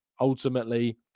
ultimately